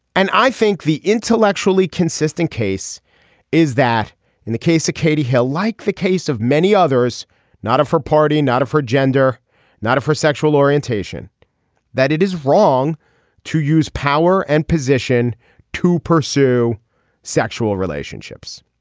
and i think the intellectually consistent case is that in the case of katie hill like the case of many others not of her party not of her gender not of her sexual orientation that it is wrong to use power and position to pursue sexual relationships.